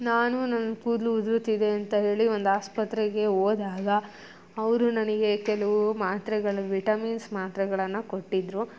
ನಾನು ನನ್ನ ಕೂದಲು ಉದುರುತಿದೆ ಅಂತ ಹೇಳಿ ಒಂದು ಆಸ್ಪತ್ರೆಗೆ ಹೋದಾಗ ಅವರು ನನಗೆ ಕೆಲವು ಮಾತ್ರೆಗಳು ವಿಟಮಿನ್ಸ್ ಮಾತ್ರೆಗಳನ್ನು ಕೊಟ್ಟಿದ್ದರು